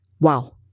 Wow